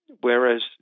Whereas